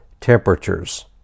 temperatures